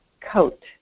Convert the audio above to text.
coat